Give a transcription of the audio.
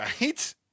right